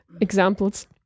examples